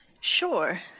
Sure